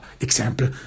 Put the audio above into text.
example